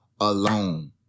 alone